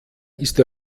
ist